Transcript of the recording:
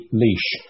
Leash